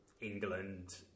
england